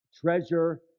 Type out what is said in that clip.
Treasure